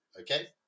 Okay